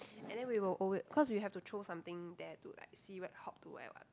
and then we will alwa~ cause we have to throw something there to like see where hop to where [what]